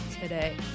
today